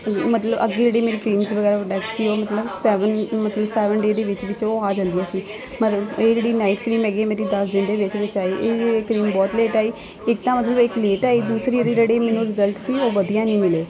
ਮਤਲਬ ਅੱਗੇ ਜਿਹੜੀ ਮੇਰੀ ਕਰੀਮਸ ਵਗੈਰਾ ਪ੍ਰੋਡਕਟ ਸੀ ਉਹ ਮਤਲਬ ਸੈਵਨ ਮਤਲਬ ਸੈਵਨ ਡੇ ਦੇ ਵਿੱਚ ਵਿੱਚ ਉਹ ਆ ਜਾਂਦੀਆਂ ਸੀ ਪਰ ਇਹ ਜਿਹੜੀ ਨਾਈਟ ਕਰੀਮ ਹੈਗੀ ਮੇਰੀ ਦਸ ਦਿਨ ਦੇ ਵਿੱਚ ਵਿੱਚ ਆਈ ਇਹ ਕਰੀਮ ਬਹੁਤ ਲੇਟ ਆਈ ਇੱਕ ਤਾਂ ਮਤਲਬ ਇਹ ਲੇਟ ਆਈ ਦੂਸਰੀ ਇਹਦੀ ਜਿਹੜੀ ਮੈਨੂੰ ਰਿਜਲਟ ਸੀ ਉਹ ਵਧੀਆ ਨਹੀਂ ਮਿਲੇ